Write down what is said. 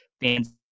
fans